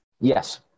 yes